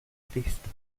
cristo